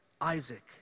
Isaac